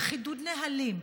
וחידוד נהלים,